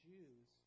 Jews